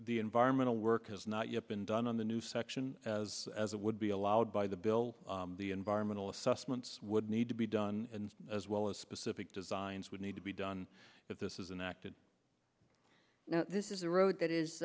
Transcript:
the environmental work has not yet been done on the new section as as it would be allowed by the bill the environmental assessments would need to be done and as well as specific designs would need to be done but this is an active you know this is a road that is